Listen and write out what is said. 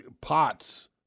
pots